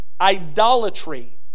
Idolatry